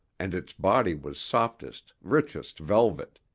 and its body was softest, richest velvet.